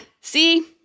see